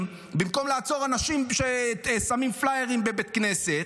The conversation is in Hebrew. במקום לעצור אנשים ששמים פליירים בבית כנסת?